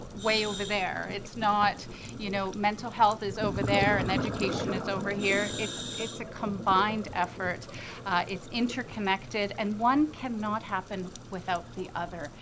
way over there. it's not you know, mental health is over there and education is over here. it's it's a combined effort it's interconnected and one cannot happen without the other.